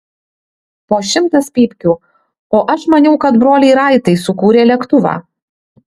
po šimtas pypkių o aš maniau kad broliai raitai sukūrė lėktuvą